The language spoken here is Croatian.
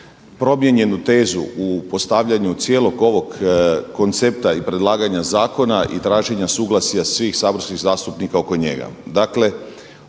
promijenjenu tezu u postavljanju cijelog ovog koncepta i predlaganja zakona i traženja suglasja svih saborskih zastupnika oko njega.